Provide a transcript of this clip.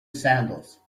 sandals